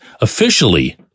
officially